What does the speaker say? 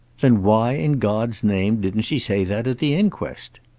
then why in god's name didn't she say that at the inquest?